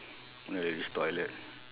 in the ladies toilet